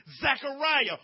Zechariah